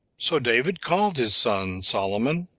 so david called his son solomon,